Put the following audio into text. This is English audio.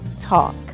Talk